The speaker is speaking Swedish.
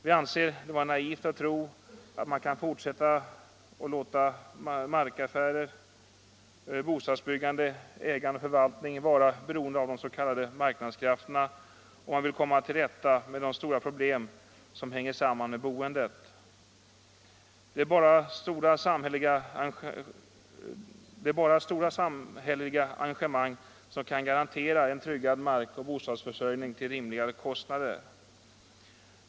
Vi anser det vara naivt att tro att man kan fortsätta och låta markaffärer, bostadsbyggande och ägande/förvaltning vara beroende av de s.k. marknadskrafterna, om man vill komma till rätta med de stora problem som hänger samman med boendet. Det.är bara stora samhälleliga engagemang som kan garantera en tryggad markoch bostadsförsörjning till rimliga kostnader.